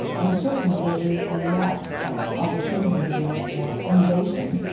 and certainly there is a lot of opportunity there for innovation.